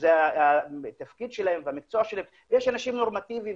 שזה התפקיד שלהם והמקצוע שלהם ויש אנשים נורמטיביים,